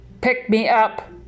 pick-me-up